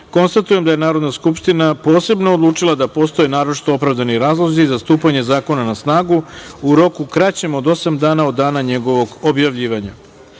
šest. Konstatujem da je Narodna skupština posebno odlučila da postoje naročito opravdani razlozi za stupanje zakona na snagu u roku kraćem od osam dana od dana njegovog objavljivanja. Pošto